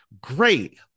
great